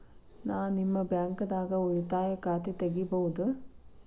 ನಾ ನಿಮ್ಮ ಬ್ಯಾಂಕ್ ದಾಗ ಉಳಿತಾಯ ಖಾತೆ ತೆಗಿಬಹುದ?